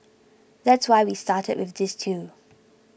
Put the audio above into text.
that's why we started with these two